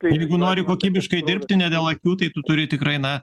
jeigu nori kokybiškai dirbti ne dėl akių tai tu turi tikrai na